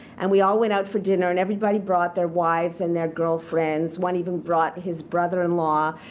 and we all went out for dinner. and everybody brought their wives and their girlfriends. one even brought his brother-in-law.